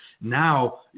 Now